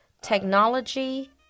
technology